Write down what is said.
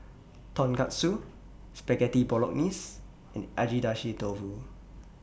Tonkatsu Spaghetti Bolognese and Agedashi Dofu